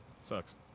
sucks